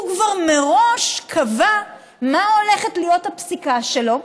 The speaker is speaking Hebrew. הוא כבר מראש קבע מה הולכת להיות הפסיקה שלו?